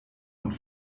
und